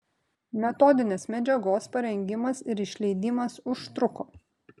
metodinės medžiagos parengimas ir išleidimas užtruko